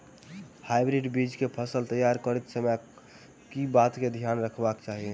Hybrid बीज केँ फसल तैयार करैत समय कऽ बातक ध्यान रखबाक चाहि?